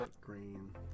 Green